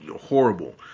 horrible